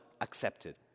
accepted